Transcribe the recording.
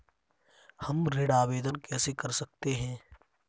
हम ऋण आवेदन कैसे कर सकते हैं?